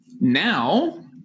now